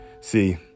See